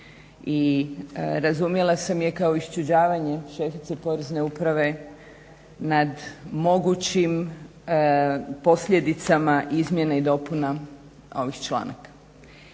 razumjela sam je kao iščuđavanje šefice Porezne uprave nad mogućim posljedicama izmjena i dopuna ovih članaka.